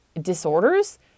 disorders